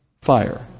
fire